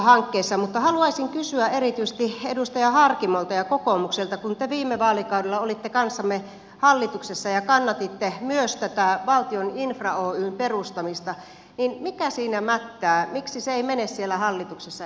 mutta haluaisin kysyä erityisesti edustaja harkimolta ja kokoomukselta kun te viime vaalikaudella olitte kanssamme hallituksessa ja kannatitte myös tätä valtion infra oyn perustamista mikä siinä mättää miksi se ei mene siellä hallituksessa eteenpäin